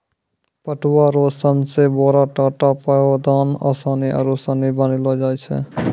पटुआ रो सन से बोरा, टाट, पौदान, आसनी आरु सनी बनैलो जाय छै